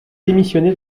démissionné